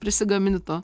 prisigamini to